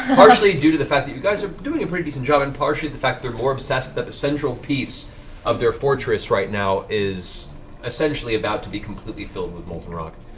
partially due to the fact that you guys are doing a pretty decent job and partially the fact they're more obsessed that the central piece of their fortress right now is essentially about to be completely filled with molten rock.